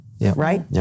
right